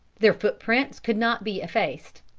their footprints could not be effaced,